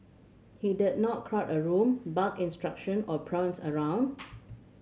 he did not crowd a room bark instruction or prance around